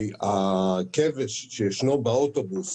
הכבש שישנו באוטובוס